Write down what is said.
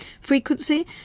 Frequency